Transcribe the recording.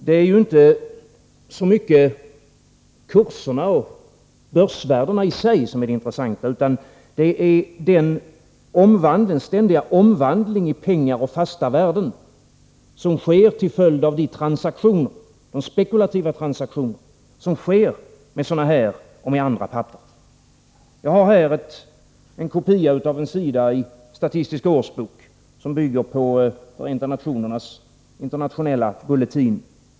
Det är inte så mycket kurserna och börsvärdena i sig som är det intressanta, utan det är den ständiga omvandlingen i pengar och fasta värden som sker till följd av de spekulativa transaktionerna med sådana här och andra papper. Jag har här en kopia av en sida i Statistisk årsbok som bygger på Förenta nationernas internationella bulletin.